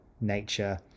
nature